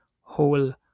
whole